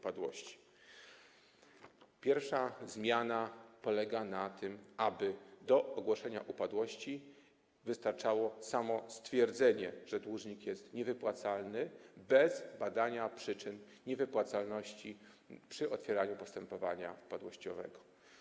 Pierwsza zmiana polega na tym, aby do ogłoszenia upadłości wystarczało samo stwierdzenie, że dłużnik jest niewypłacalny, bez badania przyczyn niewypłacalności podczas otwierania postepowania upadłościowego.